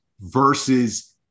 versus